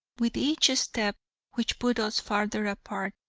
with each step which put us farther apart,